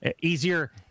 easier